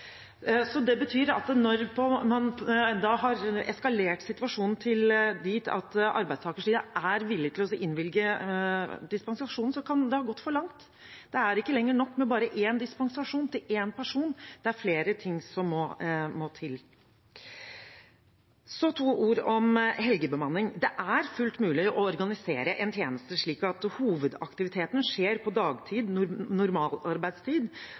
Det betyr at når man har eskalert situasjonen til dit at arbeidstakersiden er villig til å innvilge dispensasjon, kan det ha gått for langt. Det er ikke lenger nok med bare én dispensasjon til én person. Det er flere ting som må til. Så to ord om helgebemanning. Det er fullt mulig å organisere en tjeneste slik at hovedaktiviteten skjer på dagtid, i normalarbeidstid,